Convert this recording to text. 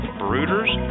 brooders